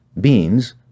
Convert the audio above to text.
beans